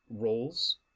roles